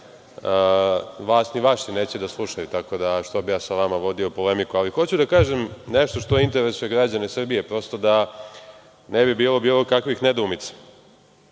Vas ni vaši neće da slušaju, tako da što bih sa vama vodio polemiku. Hoću da kažem nešto što interesuje građane Srbije, prosto da ne bi bilo bilo kakvih nedoumica.